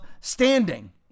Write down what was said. standing